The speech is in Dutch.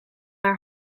haar